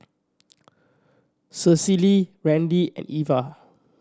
Cecily Randi and Ivah